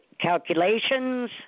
calculations